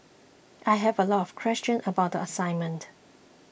I have a lot of questions about the assignment